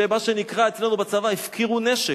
שמה שנקרא אצלנו בצבא הפקירו נשק,